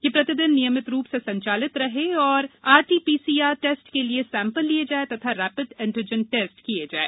ये प्रतिदिन नियमित रूप से संचालित रहें और आरटीपीसीआर टैस्ट के लिए सैम्पल लिए जाएं तथा रैपिड एंजीटन टैस्ट किए जाएं